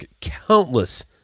countless